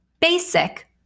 Basic